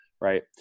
right